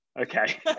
okay